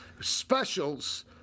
specials